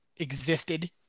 existed